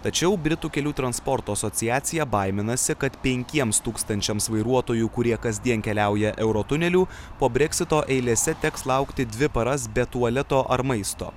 tačiau britų kelių transporto asociacija baiminasi kad penkiems tūkstančiams vairuotojų kurie kasdien keliauja euro tuneliu po breksito eilėse teks laukti dvi paras be tualeto ar maisto